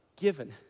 given